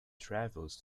travels